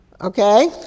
Okay